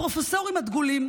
הפרופסורים הדגולים,